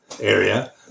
area